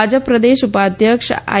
ભાજપ પ્રદેશ ઉપાધ્યક્ષ આઈ